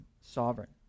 sovereign